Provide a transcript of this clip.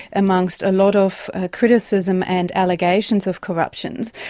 amongst a lot of criticism and allegations of corruptions.